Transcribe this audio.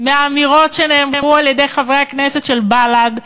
מהאמירות שנאמרו על-ידי חברי הכנסת של בל"ד,